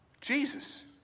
Jesus